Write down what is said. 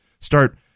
start